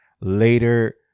later